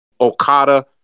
Okada